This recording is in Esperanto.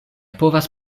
povas